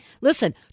Listen